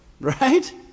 Right